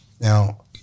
Now